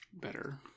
better